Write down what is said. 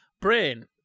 brain